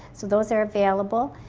so those are available.